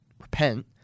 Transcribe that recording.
repent